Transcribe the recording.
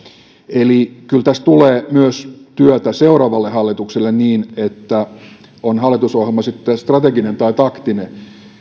eli kyllä tässä tulee työtä myös seuraavalle hallitukselle niin että on hallitusohjelma sitten strateginen tai taktinen